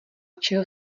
čeho